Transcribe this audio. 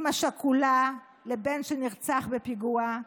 אימא שכולה לבן שנרצח בפיגוע.